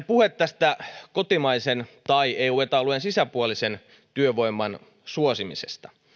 puhetta kotimaisen tai eu ja eta alueen sisäpuolisen työvoiman suosimisesta